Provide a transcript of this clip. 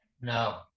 No